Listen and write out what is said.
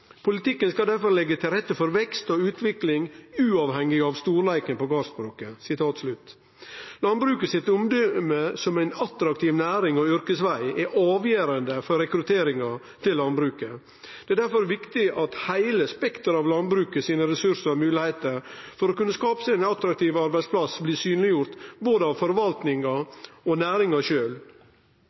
Politikken skal difor leggje til rette for vekst og utvikling uavhengig av storleiken på gardsbruket.» Landbruket sitt omdøme som ei attraktiv næring og yrkesveg er avgjerande for rekrutteringa til landbruket. Det er difor viktig at heile spekteret av landbruket sine ressursar og moglegheiter for å kunne skape seg ein attraktiv arbeidsplass blir synleggjort både av forvaltninga og næringa